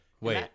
Wait